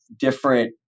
different